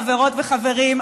חברות וחברים,